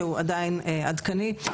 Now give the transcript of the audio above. שהוא עדיין עדכני,